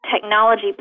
technology